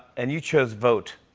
and you chose vote.